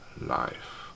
life